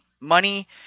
Money